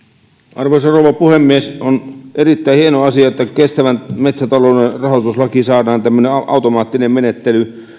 arvoisa rouva puhemies on erittäin hieno asia että kestävän metsätalouden rahoituslakiin saadaan tämmöinen automaattinen menettely